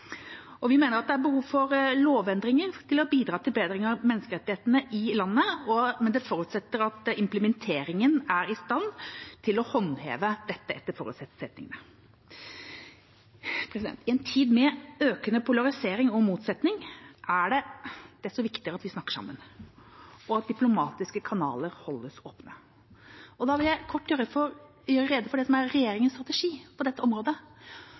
Vi mener at det er behov for lovendringer for å bidra til bedring av menneskerettighetene i landet, men det forutsetter at implementeringen er i stand til å håndheve dette etter forutsetningene. I en tid med økende polarisering og motsetning er det desto viktigere at vi snakker sammen, og at diplomatiske kanaler holdes åpne. Da vil jeg kort gjøre rede for det som er regjeringas strategi på dette området.